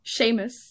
Seamus